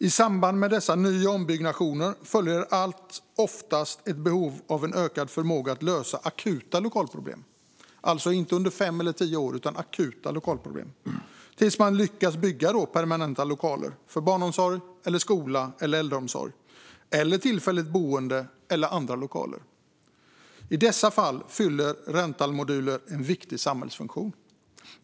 I samband med dessa ny och ombyggnationer följer allt som oftast ett behov av en ökad förmåga att lösa akuta lokalproblem - alltså inte problem under fem eller tio år utan akuta - tills man lyckas bygga permanenta lokaler för barnomsorg, skola, äldreomsorg, tillfälligt boende eller annat. I dessa fall fyller rentalmoduler en viktig samhällsfunktion.